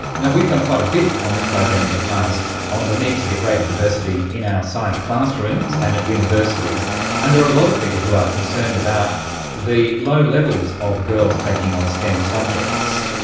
yeah we've done quite a bit on this program in the past on the need to get greater diversity in our science classrooms and at universities and there are a lot of people who are concerned about the low levels of girls taking on stem subjects.